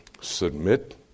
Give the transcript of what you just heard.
Submit